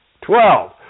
Twelve